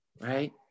Right